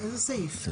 איזה סעיף?